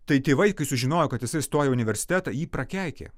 tai tėvai kai sužinojo kad jisai stojo į universitetą jį prakeikė